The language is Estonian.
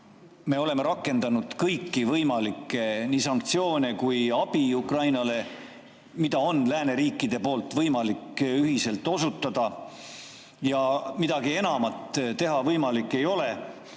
me oleme rakendanud kõiki võimalikke sanktsioone ja andnud Ukrainale abi, mida on lääneriikide poolt võimalik ühiselt osutada, ning midagi enamat teha võimalik ei ole?